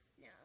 No